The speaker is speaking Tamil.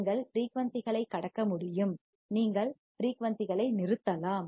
நீங்கள் ஃபிரீயூன்சிகளை கடக்க முடியும் நீங்கள் ஃபிரீயூன்சிகளை நிறுத்தலாம்